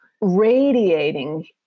radiating